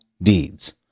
Deeds